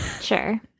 sure